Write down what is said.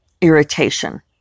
irritation